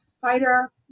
Fighter